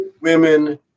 women